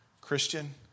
Christian